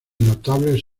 notables